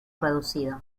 reducido